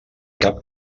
cap